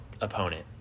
opponent